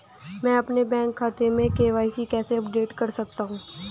मैं अपने बैंक खाते में के.वाई.सी कैसे अपडेट कर सकता हूँ?